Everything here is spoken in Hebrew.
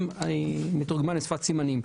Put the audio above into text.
עם מתורגמן לשפת סימנים,